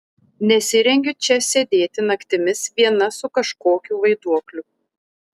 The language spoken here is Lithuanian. nesirengiu čia sėdėti naktimis viena su kažkokiu vaiduokliu